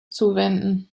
zuwenden